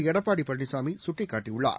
எடப்பாடி பழனிசாமி சுட்டிக்காட்டியுள்ளார்